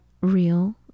real